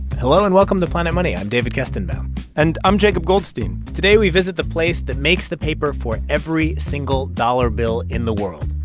hello, and welcome to planet money. i'm david kestenbaum and i'm jacob goldstein today we visit the place that makes the paper for every single dollar bill in the world.